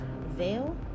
veil